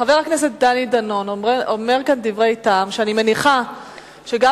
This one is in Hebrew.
חבר הכנסת דני דנון אומר כאן דברי טעם ואני מניחה שגם